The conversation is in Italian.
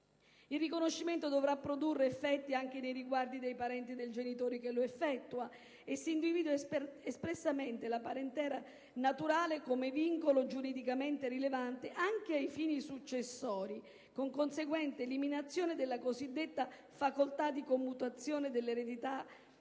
Il riconoscimento dovrà produrre effetti anche nei riguardi dei parenti del genitore che lo effettua, individuando espressamente la parentela naturale come vincolo giuridicamente rilevante anche ai fini successori, con conseguente eliminazione della cosiddetta facoltà di commutazione dell'eredità in